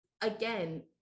again